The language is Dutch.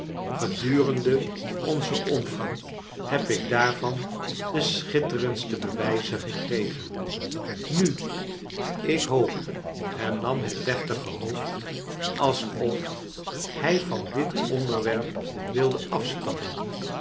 gedurende onzen omgang heb ik daarvan de schitterendste bewijzen gekregen nu ik hoop hernam het deftige hoofd alsof hij van dit onderwerp wilde afstappen